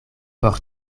por